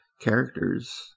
characters